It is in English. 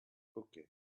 okay